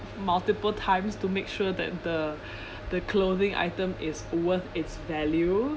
multiple times to make sure that the the clothing item is worth its value